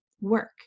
work